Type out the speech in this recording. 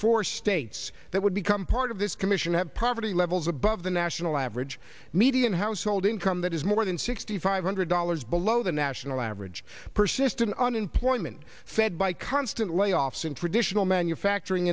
four states that would become part of this commission have poverty levels above the national average median household income that is more than sixty five hundred dollars below the national average persist in unemployment fed by constant layoffs in traditional manufacturing